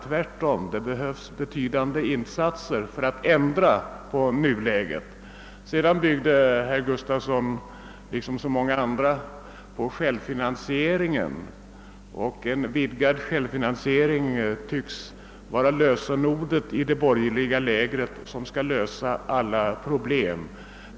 Tvärtom behövs det betydande insatser för att ändra på förhållandena. Sedan talade herr Gustafson liksom så många andra i det borgerliga lägret om betydelsen av självfinansiering. En vidgad självfinansiering tycks där vara lösenordet. Den skall klara alla problem.